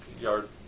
Yard